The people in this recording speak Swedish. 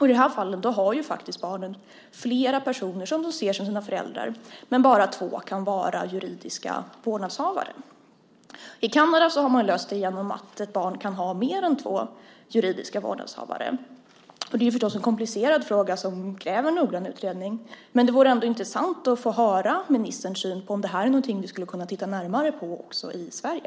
I de här fallen har faktiskt barnen flera personer som de ser som sina föräldrar, men bara två kan vara juridiska vårdnadshavare. I Kanada har man löst det genom att ett barn kan ha mer än två juridiska vårdnadshavare. Det är förstås en komplicerad fråga som kräver noggrann utredning. Men det vore ändå intressant att få höra ministerns syn på om det här är någonting vi skulle kunna titta närmare på också i Sverige.